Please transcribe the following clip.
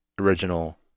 original